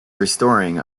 restoring